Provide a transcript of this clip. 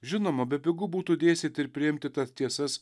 žinoma bepigu būtų dėstyti ir priimti tas tiesas